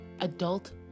adult